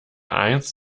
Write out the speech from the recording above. eins